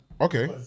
Okay